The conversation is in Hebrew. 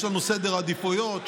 יש לנו סדר עדיפויות,